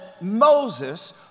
moses